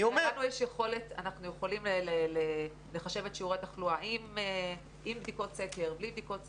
אנחנו יכולים לחשב את שיעורי התחלואה עם בדיקות סקר או בלי בדיקות סקר.